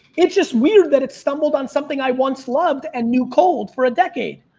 it's just weird that it stumbled on something i once loved and knew cold for a decade.